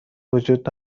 وجود